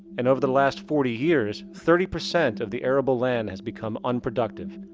and over the last forty years, thirty percent of the arable land has become unproductive.